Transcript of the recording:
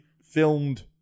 filmed